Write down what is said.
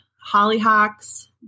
hollyhocks